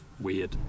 weird